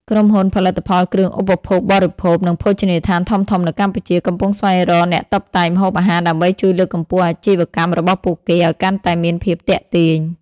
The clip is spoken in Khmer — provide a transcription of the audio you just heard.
ក្រុមហ៊ុនផលិតផលគ្រឿងឧបភោគបរិភោគ និងភោជនីយដ្ឋានធំៗនៅកម្ពុជា កំពុងស្វែងរកអ្នកតុបតែងម្ហូបអាហារដើម្បីជួយលើកកម្ពស់អាជីវកម្មរបស់ពួកគេឱ្យកាន់តែមានភាពទាក់ទាញ។